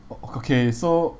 oh okay so